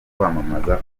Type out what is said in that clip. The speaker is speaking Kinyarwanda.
kwamamaza